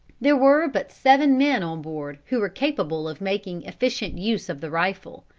there were but seven men on board who were capable of making efficient use of the rifle.